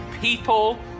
people